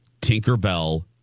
Tinkerbell